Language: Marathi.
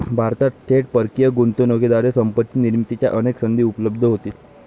भारतात थेट परकीय गुंतवणुकीद्वारे संपत्ती निर्मितीच्या अनेक संधी उपलब्ध होतील